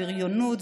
הבריונות,